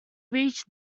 reach